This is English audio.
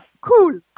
cool